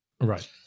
Right